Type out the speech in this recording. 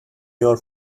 your